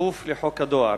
ובכפוף לחוק הדואר.